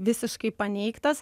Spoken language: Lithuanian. visiškai paneigtas